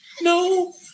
no